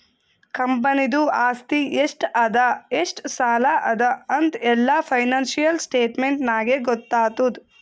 ಕಂಪನಿದು ಆಸ್ತಿ ಎಷ್ಟ ಅದಾ ಎಷ್ಟ ಸಾಲ ಅದಾ ಅಂತ್ ಎಲ್ಲಾ ಫೈನಾನ್ಸಿಯಲ್ ಸ್ಟೇಟ್ಮೆಂಟ್ ನಾಗೇ ಗೊತ್ತಾತುದ್